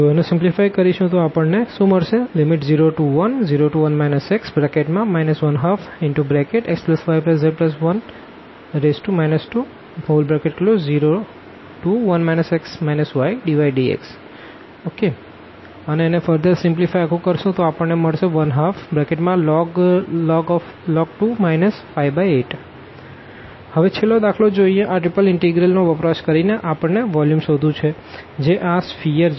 Ix01y01 xz01 x y1xyz13dzdydx 0101 x 12xyz1 201 x ydydx I0101 x 12xyz1 201 x ydydx 12log 2 58 હવે છેલ્લો દાખલો જોઈએ આ ત્રિપલ ઈન્ટીગ્રલનો વપરાશ કરી ને આપણને વોલ્યુમ શોધવું છે જે આ સ્ફીઅર જેવું છે